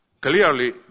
clearly